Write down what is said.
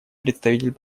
представитель